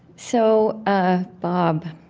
so ah bob,